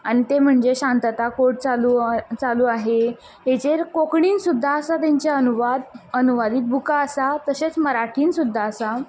आनी ते म्हणजे शांतत कोर्ट चालू चालू आहे हेजेर कोंकणीन सुद्दां आसा तेंचे अनुवाद अनुवादीत बुकां आसा तशेंच मराठीन सुद्दां आसा